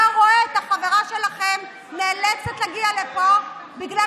אתה רואה את החברה שלכם נאלצת להגיע לפה בגלל